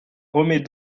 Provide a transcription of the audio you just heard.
remets